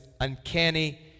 uncanny